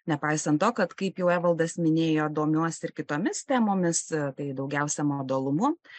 nepaisant to kad kaip jau evaldas minėjo domiuosi ir kitomis temomis tai daugiausia modalumu